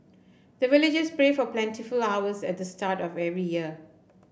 the villagers pray for plentiful harvest at the start of every year